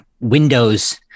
windows